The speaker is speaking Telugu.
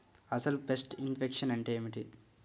అసలు పెస్ట్ ఇన్ఫెక్షన్ అంటే ఏమిటి?